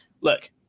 Look